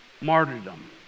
martyrdom